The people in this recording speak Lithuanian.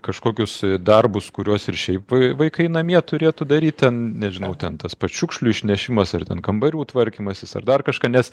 kažkokius darbus kuriuos ir šiaip vaikai namie turėtų daryt ten nežinau ten tas pats šiukšliu išnešimas ar ten kambarių tvarkymasis ar dar kažką nes